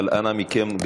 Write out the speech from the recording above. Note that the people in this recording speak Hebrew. אבל אנא מכם,